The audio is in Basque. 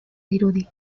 dirudi